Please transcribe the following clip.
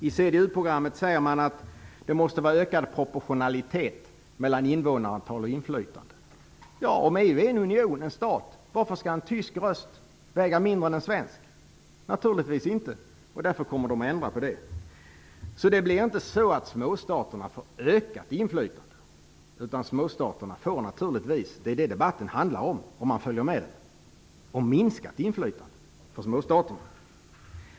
I CDU-programmet säger man att det måste vara ökad proportionalitet mellan invånarantal och inflytande. Om EU är en union, en stat, varför skall då en tysk röst väga mindre än en svensk? Naturligtvis inte, och därför kommer man att ändra på det. Det blir inte så att småstaterna får ökat inflytande. Småstaterna får i stället - det är detta debatten handlar om - minskat inflytande.